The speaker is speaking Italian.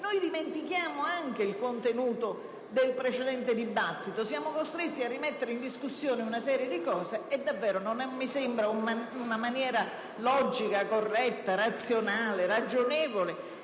dimentichiamo anche il contenuto del precedente dibattito; siamo costretti a rimettere in discussione una serie di cose e davvero non mi sembra una maniera logica, corretta e ragionevole